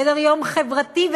וסדר-יום חברתי,